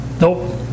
nope